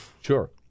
Sure